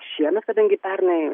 šiemet kadangi pernai